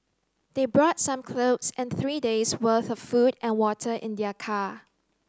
they brought some clothes and three days' worth of food and water in their car